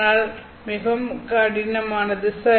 ஆனால் அது மிகவும் கடினமானது சரி